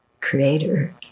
creator